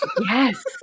Yes